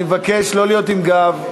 אני מבקש לא להיות עם הגב.